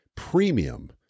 Premium